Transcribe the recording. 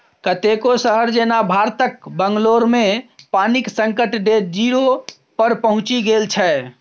कतेको शहर जेना भारतक बंगलौरमे पानिक संकट डे जीरो पर पहुँचि गेल छै